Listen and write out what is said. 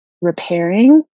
repairing